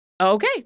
Okay